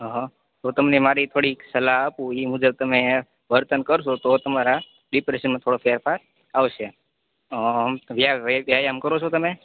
હ હ તો તમને મારી થોડીક સલાહ આપું ઈ મુજબ તમે વર્તન કરશો તો તમારા ડિપ્રેસનમાં થોડો ફેરફાર આવશે વ્ય વ્યાયામ કરો છો તમે